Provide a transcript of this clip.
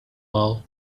all